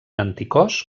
anticòs